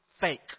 fake